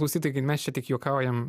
klausytojai kad mes čia tik juokaujam